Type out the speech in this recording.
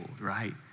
right